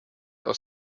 aus